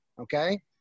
okay